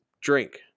drink